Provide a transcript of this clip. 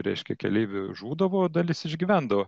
reiškia keleivių žūdavo dalis išgyvendavo